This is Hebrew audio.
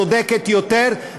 צודקת יותר,